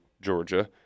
Georgia